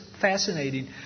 fascinating